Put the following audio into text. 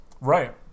right